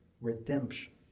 redemption